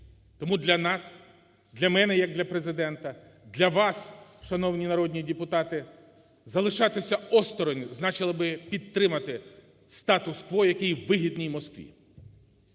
Тому для нас, для мене як для Президента, для вас, шановні народні депутати, залишатися осторонь значило би підтримати статус-кво, який вигідний Москві.